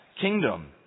kingdom